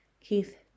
Keith